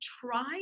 try